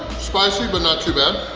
spicy but not too bad!